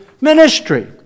ministry